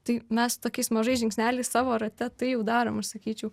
tai mes tokiais mažais žingsneliais savo rate tai jau darom aš sakyčiau